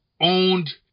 owned